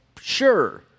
sure